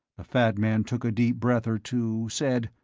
the fat man took a deep breath or two, said,